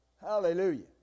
Hallelujah